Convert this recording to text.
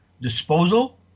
disposal